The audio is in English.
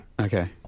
Okay